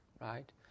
right